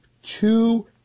Two